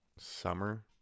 summer